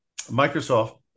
Microsoft